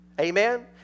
Amen